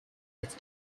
its